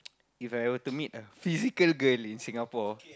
If I were to meet a physical girl in Singapore